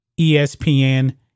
ESPN